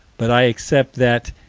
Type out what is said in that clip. but i accept that,